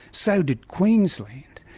so did queensland.